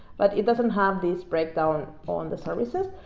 but it doesn't have this breakdown on the services,